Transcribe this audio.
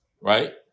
right